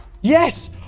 Yes